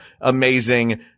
Amazing